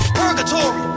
purgatory